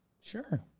Sure